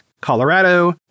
Colorado